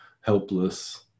helpless